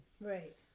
Right